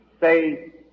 say